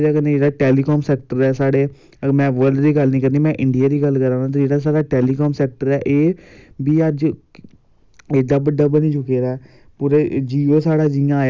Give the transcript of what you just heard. ते अस इ'यै चाह्न्ने आं कि होर किश कि बस गेम जेह्ड़े खेल कूद जेह्ड़ी ऐ गेम गूम स्पोर्टस बॉल्ली बॉल होइये बैट बॉल होईया फुट्ट बॉल होईया एह् जेह्ड़े बी हैन बैड़मिंटन